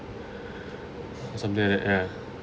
something like that ya